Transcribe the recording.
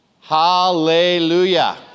hallelujah